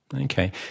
Okay